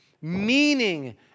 meaning